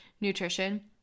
nutrition